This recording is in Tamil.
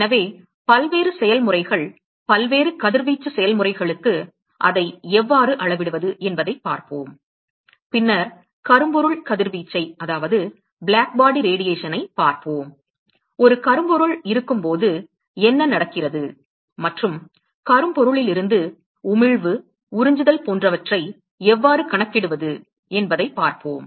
எனவே பல்வேறு செயல்முறைகள் பல்வேறு கதிர்வீச்சு செயல்முறைகளுக்கு அதை எவ்வாறு அளவிடுவது என்பதைப் பார்ப்போம் பின்னர் கரும்பொருள் கதிர்வீச்சைப் பார்ப்போம் ஒரு கரும்பொருள் இருக்கும்போது என்ன நடக்கிறது மற்றும் கரும்பொருளில் இருந்து உமிழ்வு உறிஞ்சுதல் போன்றவற்றை எவ்வாறு கணக்கிடுவது என்பதைப் பார்ப்போம்